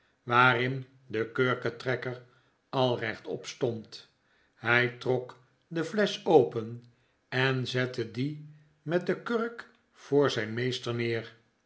waarin de kurkentrekker al rechtop stond hij trok de flesch open en zette die met de kurk voor zijn meester neer